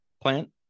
plant